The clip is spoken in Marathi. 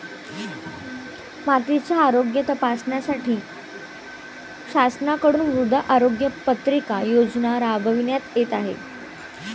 मातीचे आरोग्य तपासण्यासाठी शासनाकडून मृदा आरोग्य पत्रिका योजना राबविण्यात येत आहे